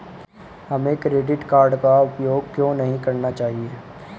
हमें credit card का उपयोग क्यों नहीं करना चाहिए?